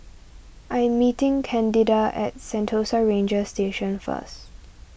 I am meeting Candida at Sentosa Ranger Station first